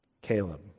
Caleb